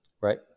Right